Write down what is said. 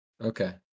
Okay